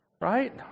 right